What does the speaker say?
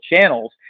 channels